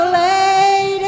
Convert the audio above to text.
lady